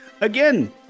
again